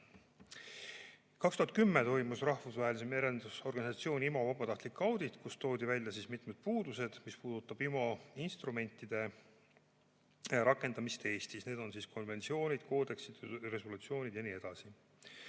2010 toimus Rahvusvahelise Merendusorganisatsiooni (IMO) vabatahtlik audit, kus toodi välja mitmed puudused, mis puudutab IMO instrumentide rakendamist Eestis – need konventsioonid, koodeksid, resolutsioonid ja nii edasi.